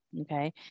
okay